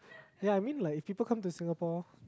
ya I mean like if people come to Singapore